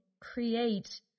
create